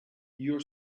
your